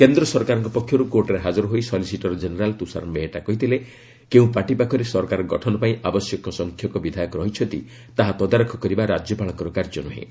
କେନ୍ଦ୍ର ସରକାରଙ୍କ ପକ୍ଷରୁ କୋର୍ଟରେ ହାଜର ହୋଇ ସଲିସିଟର ଜେନେରାଲ୍ ତୁଷାର ମେହେଟ୍ଟା କହିଥିଲେ କେଉଁ ପାର୍ଟି ପାଖରେ ସରକାର ଗଠନ ପାଇଁ ଆବଶ୍ୟକ ସଂଖ୍ୟକ ବିଧାୟକ ରହିଛନ୍ତି ତାହା ତଦାରଖ କରିବା ରାଜ୍ୟପାଳଙ୍କର କାର୍ଯ୍ୟ ନୁହେଁ